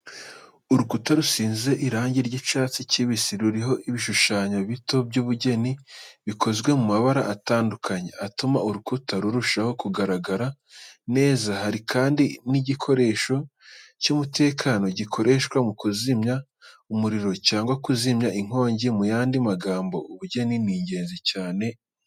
Urukuta rusize irangi ry’icyatsi kibisi, ruriho ibishushanyo bito by’ubugeni, bikozwe mu mabara atandukanye, atuma urukuta rurushaho kugaragara neza. Hari kandi n'igikoresho cy’umutekano gikoreshwa mu kuzimya umuriro cyangwa kuzimya inkongi mu y'andi magambo. Ubugeni ni ingenzi cyane mu buzima